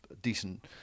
decent